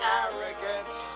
arrogance